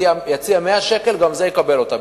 יציע 100 שקל, גם אז יקבל אותה.